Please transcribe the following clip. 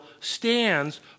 stands